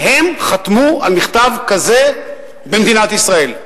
חתמו על מכתב כזה במדינת ישראל,